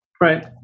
Right